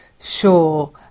sure